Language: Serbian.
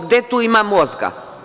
Gde tu ima mozga?